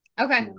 Okay